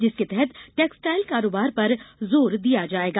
जिसके तहत टेक्सटाईल कारोबार पर जोर दिया जायेगा